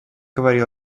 говорил